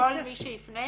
כל מי שיפנה?